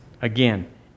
Again